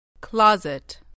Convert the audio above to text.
Closet